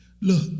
Look